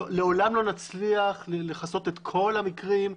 לעולם לא נצליח לכסות את כל המקרים,